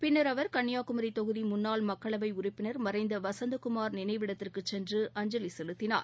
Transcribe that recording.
பின்னா் அவா் கன்னியாகுமரி தொகுதி முன்னாள் மக்களவை உறுப்பினா் மறைந்த வசந்தகுமாா் நினைவிடத்திற்குச் சென்று அஞ்சலி செலுத்தினார்